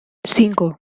cinco